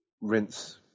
rinse